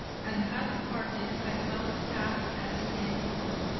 and had parted at about half past ten o'clock